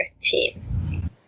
team